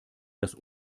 das